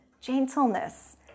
gentleness